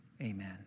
Amen